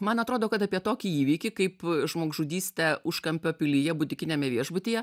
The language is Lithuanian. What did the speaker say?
man atrodo kad apie tokį įvykį kaip žmogžudystę užkampio pilyje butikiniame viešbutyje